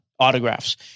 autographs